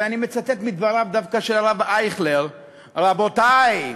ואני מצטט דווקא מדבריו של הרב אייכלר: רבותי,